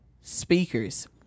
speakers